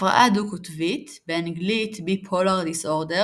הפרעה דו־קוטבית באנגלית Bipolar disorder,